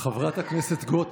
חבר הכנסת יולי